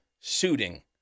suiting